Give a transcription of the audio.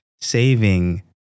saving